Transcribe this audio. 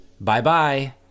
Bye-bye